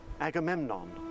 Agamemnon